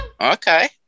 Okay